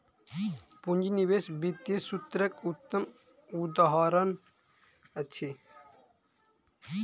पूंजी निवेश वित्तीय सूत्रक उत्तम उदहारण अछि